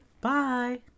Bye